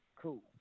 cool